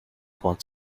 wants